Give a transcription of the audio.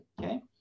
Okay